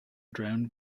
drowned